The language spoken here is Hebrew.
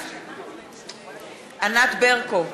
בעד ענת ברקו,